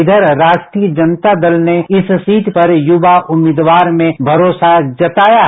इधर राष्ट्रीय जनता दल ने इस सीट पर युवा उम्मीदवार में भरोसा जताया है